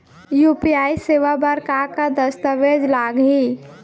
UPI सेवा बर का का दस्तावेज लागही?